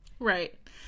right